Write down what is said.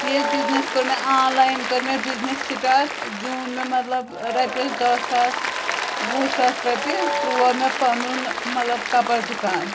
ییٚلہِ بِزنِس کوٚر مےٚ آنلایِن کٔر مےٚ بِزنٮ۪س سِٹاٹ زیوٗن مےٚ مطلب رۄپِیَس دہ ساس وُہ ساس رۄپیہِ ترٛوو مےٚ پَنُن مطلب کَپر دُکان